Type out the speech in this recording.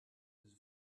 whose